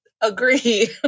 agree